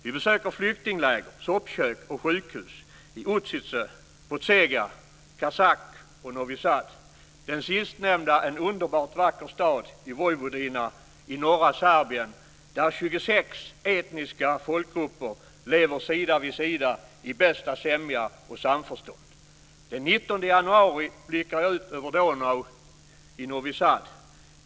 Vi besökte flyktingläger, soppkök och sjukhus i Uzice, Pozega, Cacak och Novi Sad, den sistnämnda en underbart vacker stad i Vojvodina i norra Serbien, där 26 etniska folkgrupper lever sida vid sida i bästa sämja och samförstånd. Den 19 januari blickar jag ut över Donau i Novi Sad.